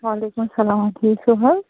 وعلیکُم سَلام ٹھیٖک چھِو حظ